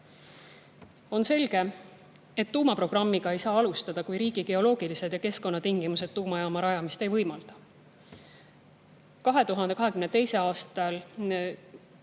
On selge, et tuumaprogrammiga ei saa alustada, kui riigi geoloogilised ja keskkonnatingimused tuumajaama rajamist ei võimalda. 2022. aastal